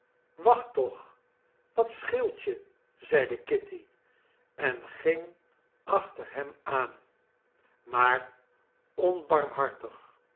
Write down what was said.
wacht toch wat scheelt je zeide kitty en ging achter hem aan maar onbarmhartig